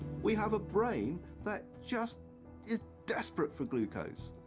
we have a brain that just is desperate for glucose.